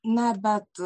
na bet